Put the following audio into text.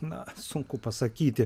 na sunku pasakyti